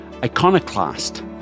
iconoclast